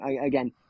Again